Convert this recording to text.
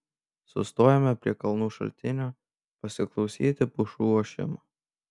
sustojome prie kalnų šaltinio pasiklausyti pušų ošimo